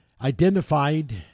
identified